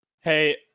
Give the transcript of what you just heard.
Hey